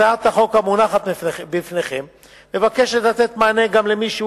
הצעת החוק המונחת בפניכם מבקשת לתת מענה גם למי שהוא